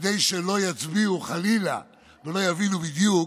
כדי שלא יצביעו, חלילה, ולא יבינו בדיוק,